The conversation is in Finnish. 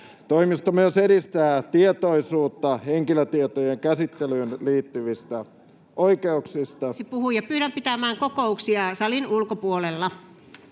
Toimisto myös edistää tietoisuutta henkilötietojen käsittelyyn liittyvistä oikeuksista... Kiitos. — ...oikeuksista